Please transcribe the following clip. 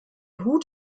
hut